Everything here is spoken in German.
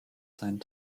seinen